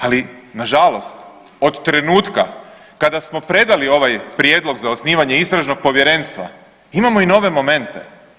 Ali nažalost od trenutka kada smo predali ovaj prijedlog za osnivanje istražnog povjerenstva, imamo i nove momente.